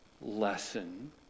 lesson